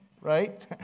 right